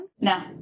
No